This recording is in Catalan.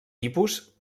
tipus